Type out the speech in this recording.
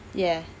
ya